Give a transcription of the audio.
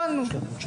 הבנו.